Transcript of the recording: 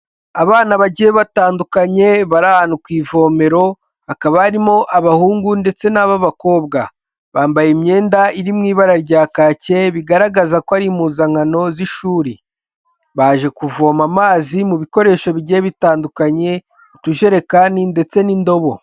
Abana bagiye batandukanye bari ahantu ku ivomero hakaba barimo abahungu ndetse n'aba'abakobwa, bambaye imyenda iri mu ibara rya kake bigaragaza ko ari impuzankano z'ishuri, baje kuvoma amazi mu bikoresho bigiye bitandukanye, utujerekani ndetse n'indobo.